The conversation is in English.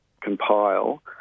compile